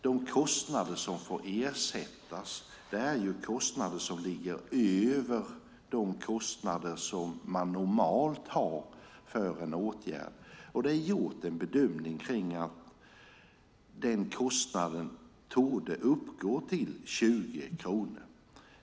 De kostnader som får ersättas är de som ligger över de kostnader som normalt finns för en åtgärd. Man har gjort bedömningen att den kostnaden torde uppgå till 20 kronor.